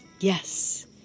Yes